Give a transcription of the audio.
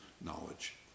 knowledge